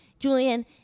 julian